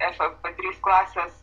ffp trys klasės